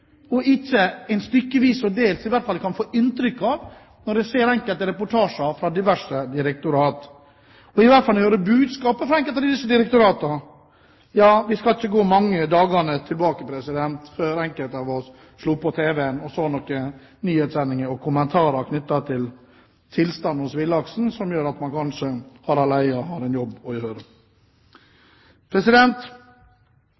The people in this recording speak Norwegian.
og ikke en politikk som er stykkevis og delt, som en kan få inntrykk av når en ser enkelte reportasjer fra diverse direktorater – og i hvert fall når jeg hører budskapet fra enkelte av disse direktoratene. Det er ikke så mange dagene siden enkelte av oss slo på tv-en og så noen nyhetssendinger og kommentarer knyttet til tilstanden hos villaksen – så kanskje Harald Eia har en jobb å gjøre.